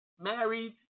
married